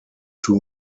two